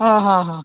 ಹಾಂ ಹಾಂ ಹಾಂ